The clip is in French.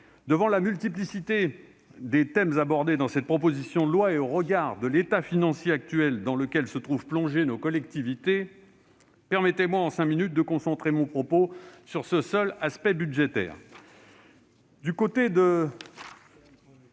devant la multiplicité des thèmes abordés dans ces propositions de loi et au regard de l'actuel état financier dans lequel se trouvent plongées nos collectivités, permettez-moi en cinq minutes de concentrer mon propos sur ce seul aspect budgétaire.